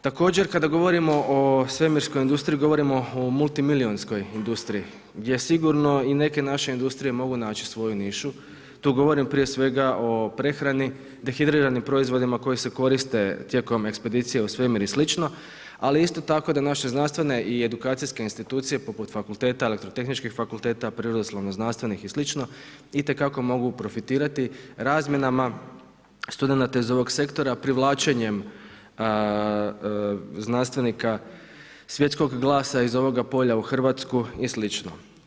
Također kada govorimo o svemirskoj industriji, govorimo o multimilijunskoj industriji gdje sigurno i neke naše industrije mogu naći svoju nišu, tu govorim prije svega o prehrani, dehidriranim proizvodima koji se koriste tijekom ekspedicije u svemir i sl., ali isto tako da naše znanstvene i edukacijske institucije poput fakulteta, elektrotehničkih fakulteta, prirodoslovni-znanstvenih i sl., itekako moraju profitirati razmjenama studenata iz ovog sektora, privlačenjem znanstvenika svjetskog glasa iz ovoga polja u Hrvatsku i sl.